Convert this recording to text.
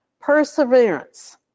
Perseverance